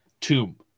tomb